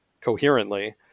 coherently